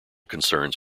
concerns